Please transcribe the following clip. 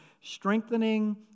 strengthening